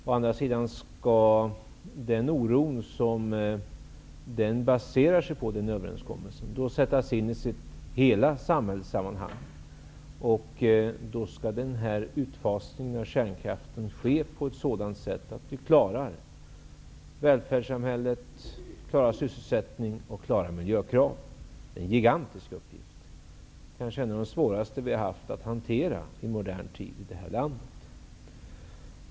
Å andra sidan skall den oro som överenskommelsen baserar sig på sättas in i hela sitt samhällssammanhang. Då skall utfasningen av kärnkraften ske på ett sådant sätt att vi klarar välfärdssamhället, klarar sysselsättningen och klarar miljökraven. Det är en gigantisk uppgift, kanske en av de svåraste vi har haft att hantera i modern tid här i landet.